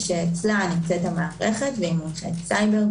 שאצלה נמצאת המערכת והיא מומחית סייבר,